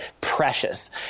precious